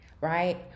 right